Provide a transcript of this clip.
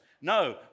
No